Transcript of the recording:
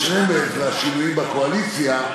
יש רמז לשינויים בקואליציה.